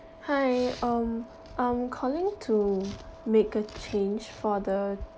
hi um I'm calling to make a change for the